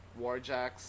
warjacks